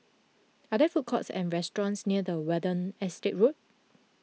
are there food courts or restaurants near the Watten Estate Road